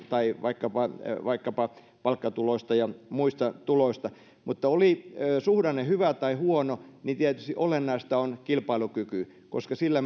tai vaikkapa vaikkapa palkkatuloista ja muista tuloista mutta oli suhdanne hyvä tai huono niin tietysti olennaista on kilpailukyky koska sillä